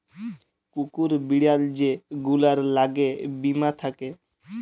কুকুর, বিড়াল যে গুলার ল্যাগে বীমা থ্যাকে